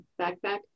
backpack